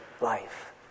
life